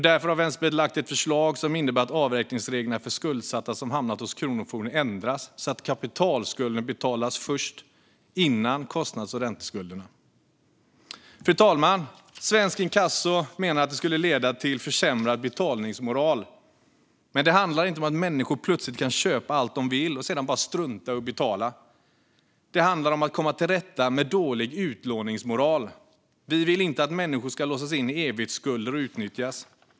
Därför har Vänsterpartiet lagt ett förslag som innebär att avräkningsreglerna för skuldsatta som hamnat hos kronofogden ändras så att kapitalskulden betalas före kostnads och ränteskulderna. Fru talman! Svensk Inkasso menar att detta skulle leda till försämrad betalningsmoral. Men det handlar inte om att människor plötsligt kan köpa allt de vill och sedan bara strunta i att betala. Det handlar om att komma till rätta med dålig utlåningsmoral. Vi vill inte att människor ska låsas in i evighetsskulder och utnyttjas.